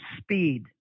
speed